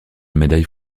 médaille